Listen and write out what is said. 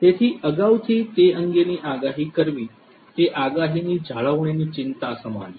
તેથી અગાઉથી તે અંગેની આગાહી કરવી તે આગાહીની જાળવણીની ચિંતા સમાન છે